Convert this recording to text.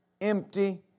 empty